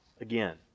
again